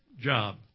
job